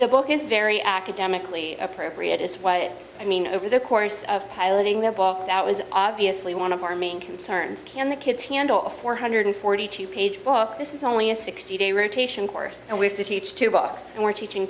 the book is very academically appropriate is what i mean over the course of piloting the book that was obviously one of our main concerns can the kids handle a four hundred forty two age off this is only a sixty day rotation course and we have to teach to box and we're teaching